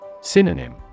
Synonym